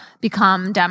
become